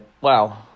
Wow